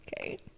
Okay